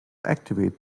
activate